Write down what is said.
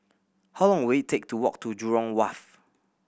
how long will it take to walk to Jurong Wharf